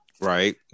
right